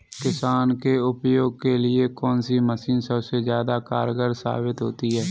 किसान के उपयोग के लिए कौन सी मशीन सबसे ज्यादा कारगर साबित होती है?